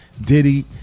Diddy